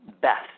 best